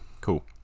Cool